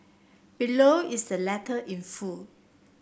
below is the letter in full